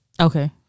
Okay